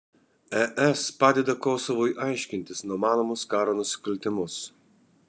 es padeda kosovui aiškintis numanomus karo nusikaltimus